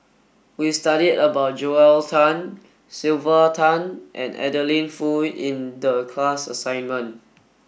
we studied about Joel Tan Sylvia Tan and Adeline Foo in the class assignment